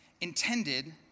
intended